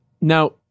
Now